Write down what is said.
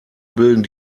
bilden